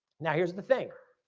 now here's the thing.